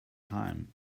time